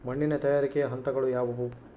ಮಣ್ಣಿನ ತಯಾರಿಕೆಯ ಹಂತಗಳು ಯಾವುವು?